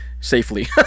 safely